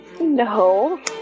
No